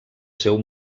seu